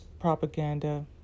propaganda